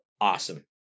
awesome